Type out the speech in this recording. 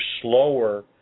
slower